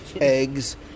eggs